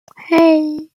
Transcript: hey